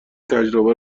تجربه